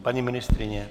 Paní ministryně?